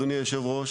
אדוני היו"ר,